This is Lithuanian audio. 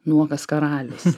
nuogas karalius